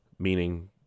Meaning